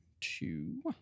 two